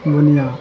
بنیا